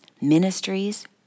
ministries